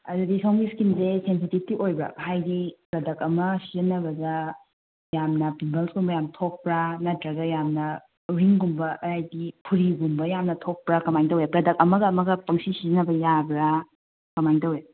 ꯑꯗꯨꯗꯤ ꯁꯣꯝꯒꯤ ꯏꯁꯀꯤꯟꯁꯦ ꯁꯦꯟꯁꯤꯇꯤꯕ ꯑꯣꯏꯕ꯭ꯔꯥ ꯍꯥꯏꯗꯤ ꯄ꯭ꯔꯗꯛ ꯑꯃ ꯁꯤꯖꯤꯟꯅꯕꯗ ꯌꯥꯝꯅ ꯄꯤꯝꯄꯜꯁ ꯀꯨꯝꯕ ꯌꯥꯝ ꯊꯣꯛꯄ꯭ꯔꯥ ꯅꯠꯇ꯭ꯔꯒ ꯌꯥꯝꯅ ꯎꯔꯤꯡꯒꯨꯝꯕ ꯍꯥꯏꯗꯤ ꯐꯨꯔꯤꯒꯨꯝꯕ ꯌꯥꯝꯅ ꯊꯣꯛꯄ꯭ꯔꯥ ꯀꯃꯥꯏꯅ ꯇꯧꯏ ꯄ꯭ꯔꯗꯛ ꯑꯃꯒ ꯑꯃꯒ ꯄꯪꯁꯤ ꯁꯤꯖꯤꯟꯅꯕ ꯌꯥꯕ꯭ꯔꯥ ꯀꯃꯥꯏꯅ ꯇꯧꯏ